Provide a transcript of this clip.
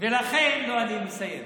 אני מסיים.